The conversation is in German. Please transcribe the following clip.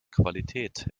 qualität